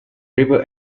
river